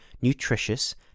nutritious